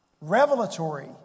Revelatory